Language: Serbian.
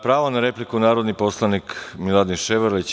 Pravo na repliku narodni poslanik Miladin Ševarlić.